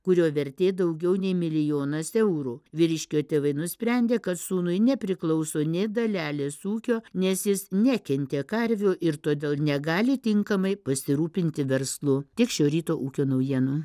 kurio vertė daugiau nei milijonas eurų vyriškio tėvai nusprendė kad sūnui nepriklauso nė dalelės ūkio nes jis nekentė karvių ir todėl negali tinkamai pasirūpinti verslu tik šio ryto ūkio naujienų